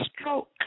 stroke